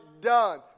done